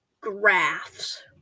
graphs